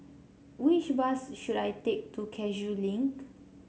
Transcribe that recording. which bus should I take to Cashew Link